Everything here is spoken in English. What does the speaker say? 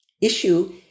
issue